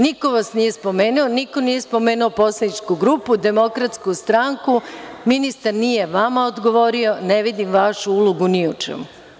Niko vas nije spomenuo, niko nije spomenuo poslaničku grupu, Demokratsku stranku, ministar nije vama odgovorio i ne vidim vašu ulogu ni u čemu.